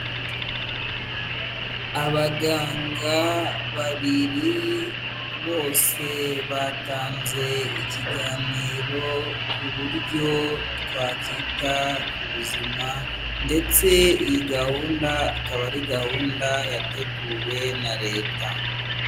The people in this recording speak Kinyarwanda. Abaganga babiri, bose batanze ikiganiro ku buryo twakwita ku buzima, ndetse iyi gahunda akaba ari gahunda yateguwe na leta.